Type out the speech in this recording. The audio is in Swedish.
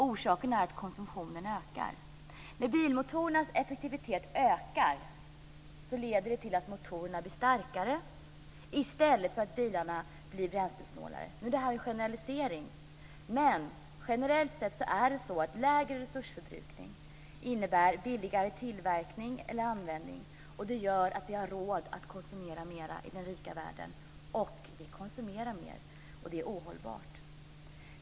Orsaken är att konsumtionen ökar. När bilmotorernas effektivitet ökar leder det till att motorerna blir starkare i stället för att bilarna blir bränslesnålare. Detta är en generalisering. Men generellt sett innebär lägre resursförbrukning billigare tillverkning eller användning, och det gör att vi har råd att konsumera mer i den rika världen. Och vi konsumerar mer. Det är ohållbart.